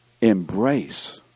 embrace